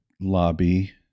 lobby